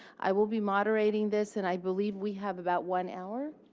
i will be moderating this. and i believe we have about one hour.